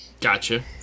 Gotcha